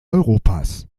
europas